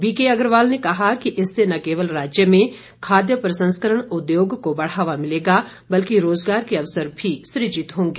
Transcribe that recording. BK Agarwal ने कहा कि इससे न केवल राज्य में खाद्य प्रसंस्करण उद्योग को बढ़ावा मिलेगा बल्कि रोजगार के अवसर भी सुजित होंगे